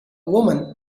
woman